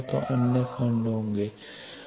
तो अन्य खंड होंगे